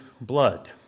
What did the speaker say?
blood